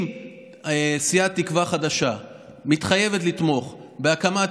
אם סיעת תקווה חדשה מתחייבת לתמוך בהקמת